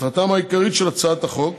מטרתה העיקרית של הצעת החוק